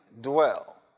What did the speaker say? dwell